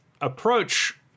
approach